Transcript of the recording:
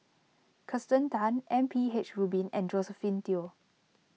Kirsten Tan M P H Rubin and Josephine Teo